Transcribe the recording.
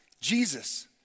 Jesus